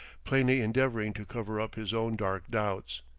plainly endeavoring to cover up his own dark doubts.